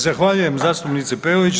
Zahvaljujem zastupnice Peović.